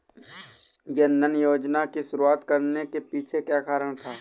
जन धन योजना की शुरुआत करने के पीछे क्या कारण था?